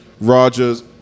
Roger's